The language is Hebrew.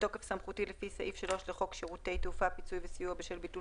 בתוקף סמכותי לפי סעיף 3 לחוק שירותי תעופה (פיצוי וסיוע בשל ביטול